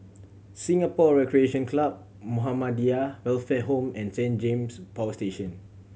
Singapore Recreation Club Muhammadiyah Welfare Home and Saint James Power Station